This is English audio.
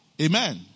Amen